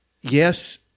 yes